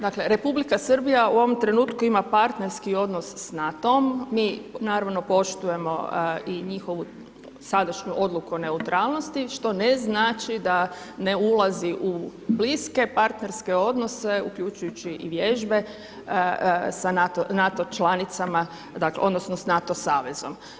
Dakle, Republika Srbija u ovom trenutku ima partnerski odnos s NATO-om, mi naravno poštujemo i njihovu sadašnju odluku o neutralnosti što ne znači da ne ulazi u bliske partnerske odnose uključujući i vježbe sa NATO članicama odnosno sa NATO savezom.